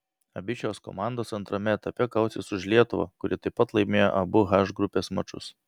abi šios komandos antrame etape kausis su lietuva kuri taip pat laimėjo abu h grupės mačus